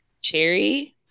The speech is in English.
cherry